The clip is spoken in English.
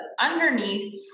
underneath